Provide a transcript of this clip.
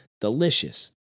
delicious